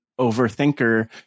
overthinker